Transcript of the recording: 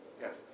Yes